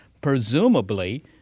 Presumably